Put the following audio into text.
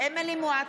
נגד יוליה מלינובסקי,